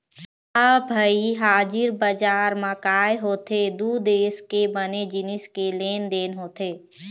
ह भई हाजिर बजार म काय होथे दू देश के बने जिनिस के लेन देन होथे